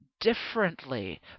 differently